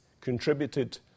contributed